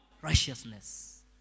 righteousness